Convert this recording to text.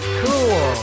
cool